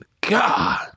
God